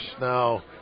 now